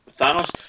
Thanos